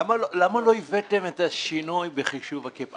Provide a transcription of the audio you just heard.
למה לא הבאתם את השינוי בחישוב הקאפ?